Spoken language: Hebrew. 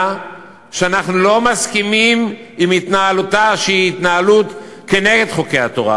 שאנחנו לא מסכימים עם התנהלותה שהיא התנהלות כנגד חוקי התורה,